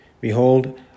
Behold